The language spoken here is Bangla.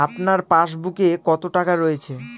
আপনার পাসবুকে কত টাকা রয়েছে?